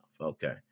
Okay